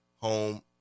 home